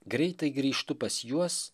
greitai grįžtu pas juos